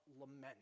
lament